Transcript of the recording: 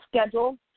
schedule